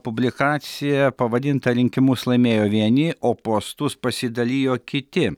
publikacija pavadinta rinkimus laimėjo vieni o postus pasidalijo kiti